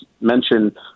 mention